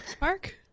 Mark